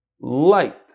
light